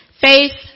Faith